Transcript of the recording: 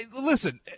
Listen